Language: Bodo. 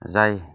जाय